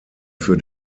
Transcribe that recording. für